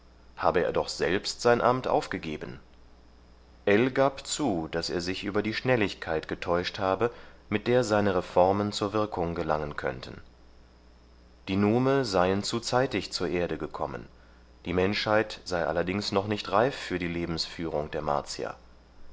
habe er doch selbst sein amt aufgegeben ell gab zu daß er sich über die schnelligkeit getäuscht habe mit der seine reformen zur wirkung gelangen könnten die nume seien zu zeitig zur erde gekommen die menschheit sei allerdings noch nicht reif für die lebensführung der